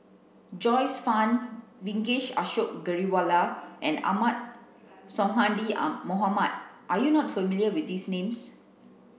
Joyce Fan Vijesh Ashok Ghariwala and Ahmad Sonhadji Mohamad are you not familiar with these names